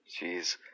Jeez